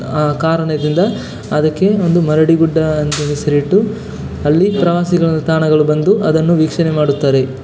ಆ ಕಾರಣದಿಂದ ಅದಕ್ಕೆ ಒಂದು ಮರಡಿಗುಡ್ಡ ಅಂತ ಹೆಸರಿಟ್ಟು ಅಲ್ಲಿ ಪ್ರವಾಸಿಗಳು ತಾಣಗಳು ಬಂದು ಅದನ್ನು ವೀಕ್ಷಣೆ ಮಾಡುತ್ತಾರೆ